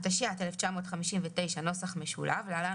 התשי"ט 1959‏‏ (להלן,